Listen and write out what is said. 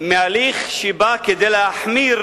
מהליך שבא כדי להחמיר